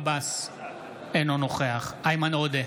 אינו נוכח איימן עודה,